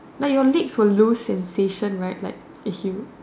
like your legs will lose sensation right like if you